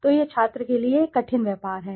तो यह छात्र के लिए एक कठिन व्यापार है